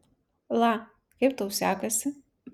la kaip tau sekasi